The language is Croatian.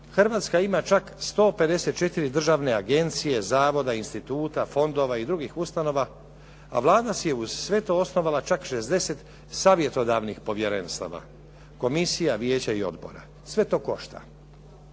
Hrvatska ima čak 154 državne agencije, zavoda, instituta, fondova i drugih ustanova a Vlada si je uz sve to osnovala čak 60 savjetodavnih povjerenstava, komisija, vijeća i odbora. Sve to košta.